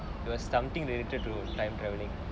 it was something related to time traveling